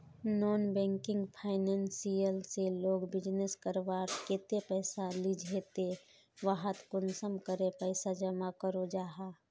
Non banking financial से लोग business करवार केते पैसा लिझे ते वहात कुंसम करे पैसा जमा करो जाहा?